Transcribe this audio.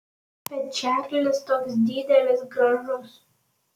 bet čarlis toks didelis gražus